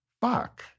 fuck